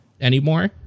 anymore